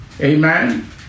Amen